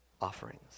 Offerings